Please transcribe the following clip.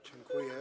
Dziękuję.